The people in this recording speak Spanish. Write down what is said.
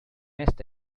esta